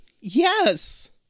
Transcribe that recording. Yes